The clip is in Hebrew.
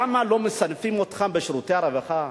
למה לא מסנפים אותם לשירותי הרווחה,